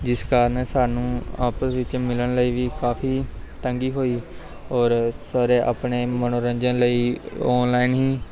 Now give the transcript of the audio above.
ਜਿਸ ਕਾਰਨ ਸਾਨੂੰ ਆਪਸ ਵਿੱਚ ਮਿਲਣ ਲਈ ਵੀ ਕਾਫੀ ਤੰਗੀ ਹੋਈ ਔਰ ਸਾਰੇ ਆਪਣੇ ਮਨੋਰੰਜਨ ਲਈ ਔਨਲਾਈਨ ਹੀ